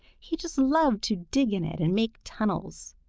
he just loved to dig in it and make tunnels.